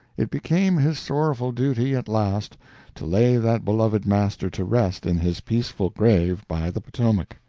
it became his sorrowful duty at last to lay that beloved master to rest in his peaceful grave by the potomac.